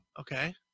Okay